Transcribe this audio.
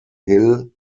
hill